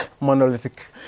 monolithic